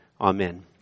Amen